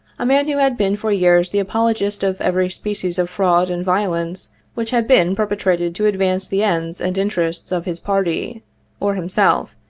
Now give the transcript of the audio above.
a man who had been for years the apologist of every species of fraud and violence which had been perpetrated to advance the ends and interests of his party or himself,